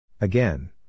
Again